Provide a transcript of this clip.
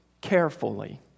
carefully